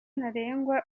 ntarengwa